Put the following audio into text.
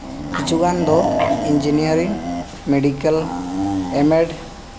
ᱠᱤᱪᱷᱩᱜᱟᱱ ᱫᱚ engineering medical M.Ed